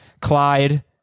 Clyde